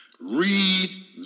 Read